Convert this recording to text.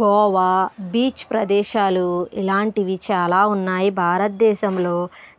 Goa beach ప్రదేశాలు ఇలాంటివి చాలా ఉన్నాయి భారతదేశంలో